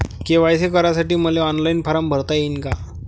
KYC करासाठी मले online form भरता येईन का?